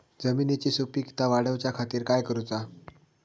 जमिनीची सुपीकता वाढवच्या खातीर काय करूचा?